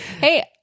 Hey